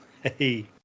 Hey